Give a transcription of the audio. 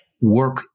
work